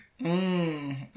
Mmm